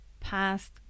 past